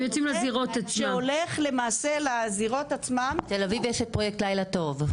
זה הולך למעשה לזירות עצמם --- תל אביב יש את פרויקט 'לילה טוב'.